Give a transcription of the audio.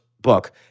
book